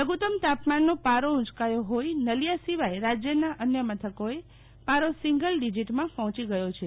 લધુત્તમ તાપમાનનો પારો ઉયકાયો હોઈ નળિયા સિવાય રાજ્યના અન્ય મથકોએ પારો સિંગલ ડીજીટમાં પહોંચી ગયો છે